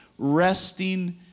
Resting